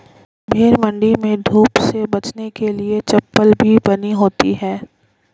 भेंड़ मण्डी में धूप से बचने के लिए छप्पर भी बनी होती है